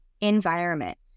environment